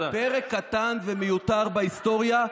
פרק קטן ומיותר בהיסטוריה.